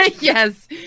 Yes